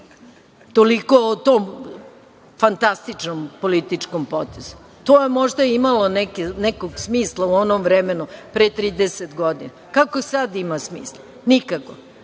Toliko o tom fantastičnom političkom potezu. To je možda imalo nekog smisla u onom vremenu pre 30 godina. Kakvog sada ima smisla? Nikakvog. Ja